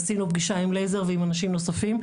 עשינו פגישה עם לייזר, ועם אנשים נוספים.